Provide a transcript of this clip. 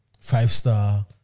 five-star